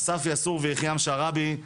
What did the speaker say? אסף יסעור ויחיעם שרעבי.